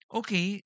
okay